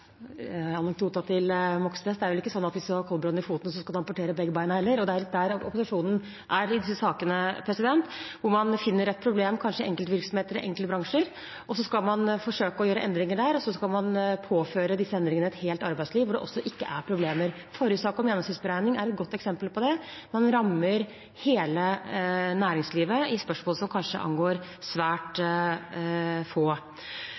koldbrann-anekdoten til Moxnes: Det er vel ikke sånn at hvis man har koldbrann i foten, skal man amputere begge beina. Det er der opposisjonen er i disse sakene, at man finner et problem kanskje i enkeltvirksomheter eller enkeltbransjer, så skal man forsøke å gjøre endringer der, og så skal man påføre et helt arbeidsliv disse endringene, også der det ikke er problemer. Forrige sak om gjennomsnittsberegning er et godt eksempel på det. Man rammer hele næringslivet i spørsmål som kanskje angår svært få.